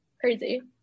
Crazy